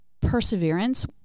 perseverance